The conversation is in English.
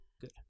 Good